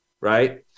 Right